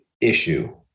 issue